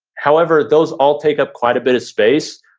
however, those all take up quite a bit of space.